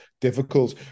difficult